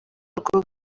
rugo